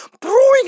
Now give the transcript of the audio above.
brewing